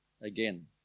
again